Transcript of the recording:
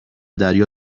دریا